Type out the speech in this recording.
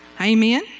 Amen